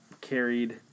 carried